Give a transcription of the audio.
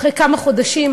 אחרי כמה חודשים,